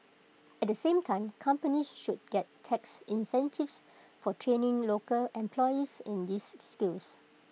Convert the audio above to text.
at the same time companies should get tax incentives for training local employees in these skills